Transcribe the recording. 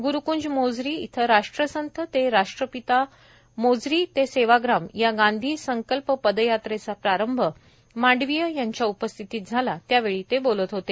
गुरुकंज मोझरी इथं राष्ट्रसंत से राष्ट्रपिता मोझरी ते सेवाग्राम या गांधी संकल्प पदयात्रेचा प्रारंभ मांडवीय यांच्या उपस्थितीत झाला त्यावेळी ते बोलत होते